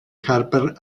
harper